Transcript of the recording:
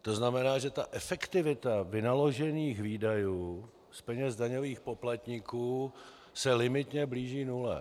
To znamená, že efektivita vynaložených výdajů z peněz daňových poplatníků se limitně blíží nule.